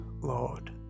Lord